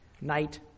night